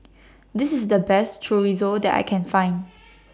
This IS The Best Chorizo that I Can Find